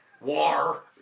War